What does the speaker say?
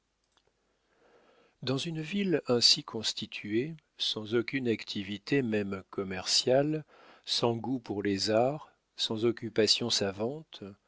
dans une ville ainsi constituée sans aucune activité même commerciale sans goût pour les arts sans occupations savantes